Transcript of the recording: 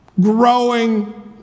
growing